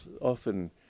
often